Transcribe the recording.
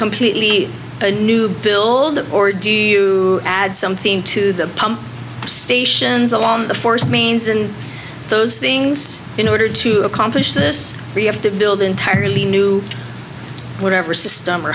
completely new build or do you add something to the pump stations along the force means in those things in order to accomplish this we have to build entirely new whatever system or